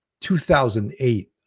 2008